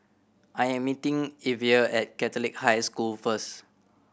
I am meeting Evia at Catholic High School first